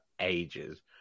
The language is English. ages